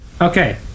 Okay